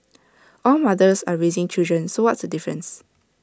all mothers are raising children so what's the difference